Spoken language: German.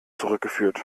zurückgeführt